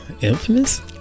Infamous